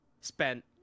spent